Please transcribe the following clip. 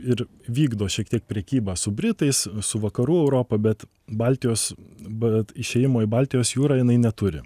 ir vykdo šiek tiek prekybą su britais su vakarų europa bet baltijos bet išėjimo į baltijos jūrą jinai neturi